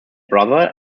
brother